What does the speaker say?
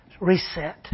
reset